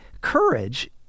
courage